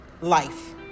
Life